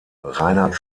reinhardt